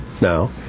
now